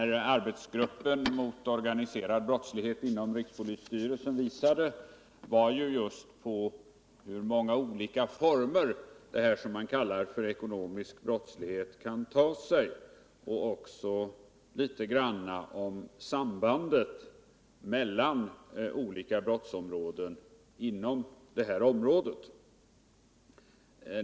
Arbetsgruppen mot organiserad brottslighet inom rikspolisstyrelsen visade just på hur många olika former s.k. ekonomisk brottslighet kan ta sig och också på sambandet mellan olika brottsområden inom det här området.